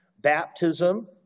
baptism